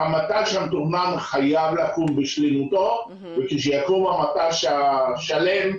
המט"ש המתוכנן חייב לקום בשלמותו וכשיקום המט"ש השלם,